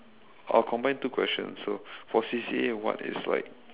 I'll combine two questions so for C_C_A what is like